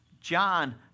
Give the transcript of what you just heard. John